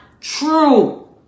true